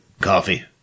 coffee